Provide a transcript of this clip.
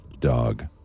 dog